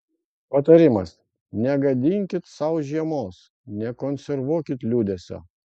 patarimas negadinkit sau žiemos nekonservuokit liūdesio